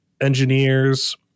engineers